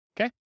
Okay